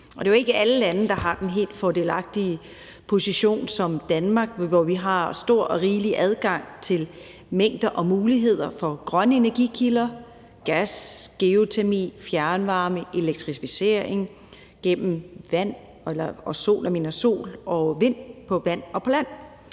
Det er jo ikke alle lande, der har den helt fordelagtige position som Danmark, hvor vi har stor og rigelig adgang til mængder og muligheder for grønne energikilder, gas, geotermi, fjernvarme, elektrificering gennem sol og vind på vand og på land.